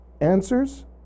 Answers